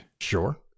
sure